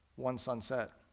one sunset.